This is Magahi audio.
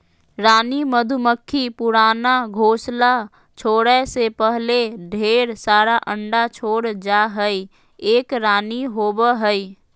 रानी मधुमक्खी पुराना घोंसला छोरै से पहले ढेर सारा अंडा छोड़ जा हई, एक रानी होवअ हई